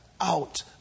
out